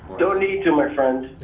don't need to, my friend.